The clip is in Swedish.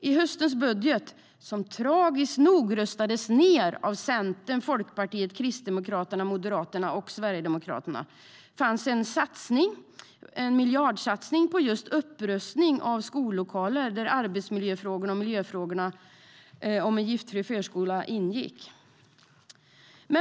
I höstens budget, som tragiskt nog röstades ned av Centern, Folkpartiet, Kristdemokraterna, Moderaterna och Sverigedemokraterna, fanns en miljardsatsning på just upprustning av skollokaler. I detta ingick arbetsmiljöfrågor, miljöfrågor och en giftfri förskola.